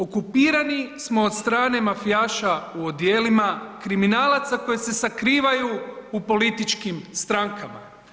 Okupirani smo od strane mafijaša u odijelima, kriminalaca koji se sakrivaju u političkim strankama.